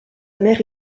mère